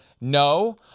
No